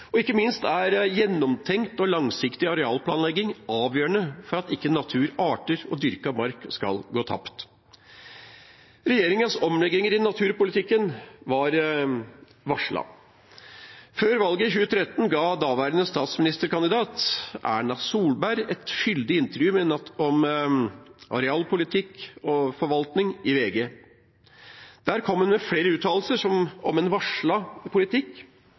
Ikke minst er gjennomtenkt og langsiktig arealplanlegging avgjørende for at ikke natur, arter og dyrket mark skal gå tapt. Regjeringens omlegginger i naturpolitikken var varslet. Før valget i 2013 ga daværende statsministerkandidat, Erna Solberg, et fyldig intervju om arealpolitikk og forvaltning i VG. Der kom hun med flere uttalelser om en varslet politikk